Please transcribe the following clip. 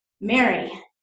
Mary